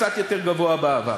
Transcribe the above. קצת יותר גבוה בעבר.